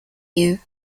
you